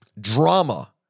drama